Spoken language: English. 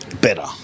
better